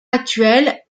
actuel